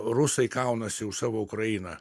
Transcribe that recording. rusai kaunasi už savo ukrainą